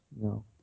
No